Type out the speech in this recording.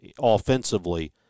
offensively